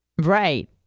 Right